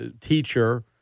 teacher